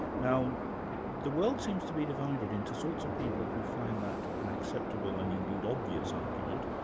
now the world seems to be divided into sorts of people who find that an acceptable and indeed obvious argument,